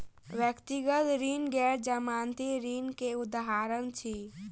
व्यक्तिगत ऋण गैर जमानती ऋण के उदाहरण अछि